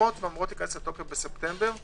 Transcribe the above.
חתומות ואמורות להיכנס לתוקף בספטמבר,